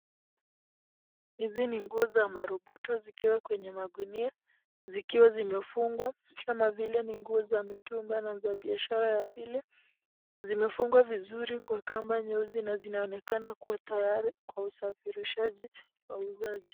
Hizi ni nguo za marubuto zikiwa kwenye magunia zikiwa zimefungwa kama vile ni nguo za mitumba na za biashara ya pili. Zimefungwa vizuri kwa kamba nyeusi na zinaonekana kuwa tayari kwa usafirishaji wa wauzaji.